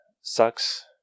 sucks